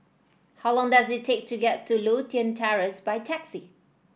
how long does it take to get to Lothian Terrace by taxi